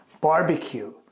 Barbecue